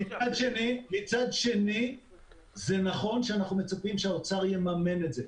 מצד שני זה נכון שאנחנו מצפים שהאוצר יממן את זה,